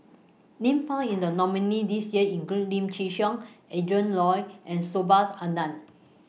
Names found in The nominees' list This Year include Lim Chin Siong Adrin Loi and Subhas Anandan